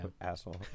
Asshole